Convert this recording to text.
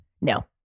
no